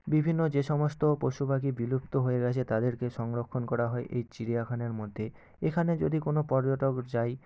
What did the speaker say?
বিভিন্ন যে সমস্ত পশুপাখি বিলুপ্ত হয়ে গেছে তাদেরকে সংরক্ষণ করা হয় এই চিড়িয়াখানার মধ্যে এখানে যদি কোনো পর্যটক যায়